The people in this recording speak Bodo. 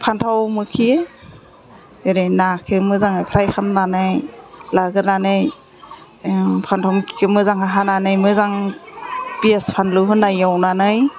फान्थाव मोखि एरै नाखौ मोजाङै फ्राय खालामनानै लाग्रोनानै फान्थाव मोखिखौ मोजाङै हानानै मोजां पियाज फानलु होना एवनानै